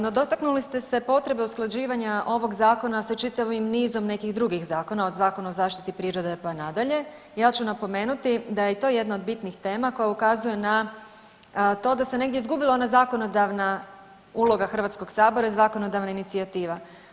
No, dotaknuli ste se potrebe usklađivanja ovog zakona sa čitavim nizom nekih drugih zakona od Zakona o zaštiti prirode pa nadalje, ja ću napomenuti da je i to jedna od bitnih tema koja ukazuje na to da se negdje izgubila ona zakonodavna uloga Hrvatskog sabora i zakonodavna inicijativa.